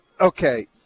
Okay